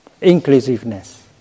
inclusiveness